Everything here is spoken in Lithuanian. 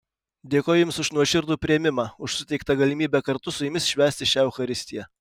dėkoju jums už nuoširdų priėmimą už suteiktą galimybę kartu su jumis švęsti šią eucharistiją